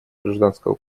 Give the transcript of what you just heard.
гражданского